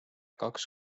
kaks